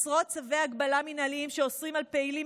עשרות צווי הגבלה מינהליים שאוסרים על פעילים